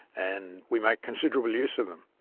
and we make considerable use of them.